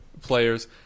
players